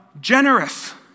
Generous